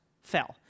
fell